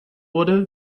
wurde